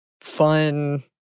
fun